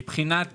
מבחינת